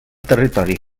territori